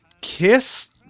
Kiss